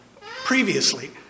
previously